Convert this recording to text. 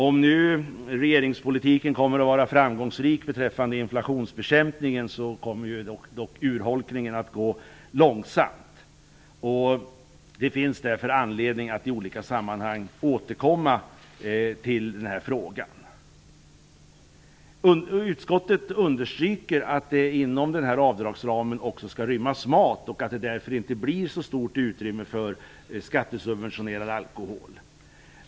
Om regeringspolitiken kommer att vara framgångsrik beträffande inflationsbekämpningen kommer dock urholkningen att gå långsamt. Det finns därför anledning att i olika sammanhang återkomma till frågan. Utskottet understryker att det inom avdragsramen också skall rymmas mat och att det därför inte skall bli så stort utrymme för skattesubventionerad alkohol.